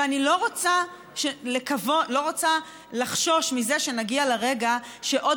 ואני לא רוצה לחשוש מזה שנגיע לרגע שעוד